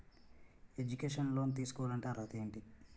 Educational loan తీసుకోవాలంటే అర్హత ఏంటి?